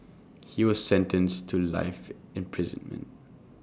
he was sentenced to life imprisonment